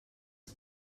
els